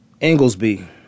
Inglesby